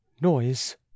noise